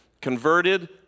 Converted